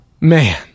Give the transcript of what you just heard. Man